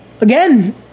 Again